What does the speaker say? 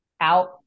out